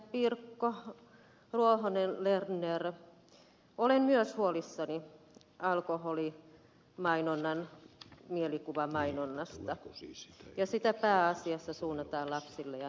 pirkko ruohonen lerner olen myös huolissani alkoholin mielikuvamainonnasta ja siitä että sitä pääasiassa suunnataan lapsille ja nuo rille